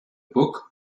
book